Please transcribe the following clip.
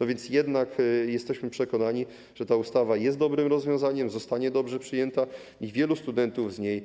A więc jesteśmy przekonani, że ta ustawa jest dobrym rozwiązaniem, zostanie dobrze przyjęta i wielu studentów z niej